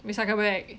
recycle bag